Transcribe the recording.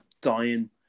dying